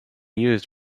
used